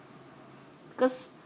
because